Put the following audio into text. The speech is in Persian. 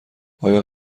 آیا